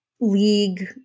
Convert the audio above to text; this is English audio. league